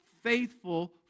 faithful